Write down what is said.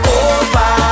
over